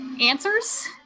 answers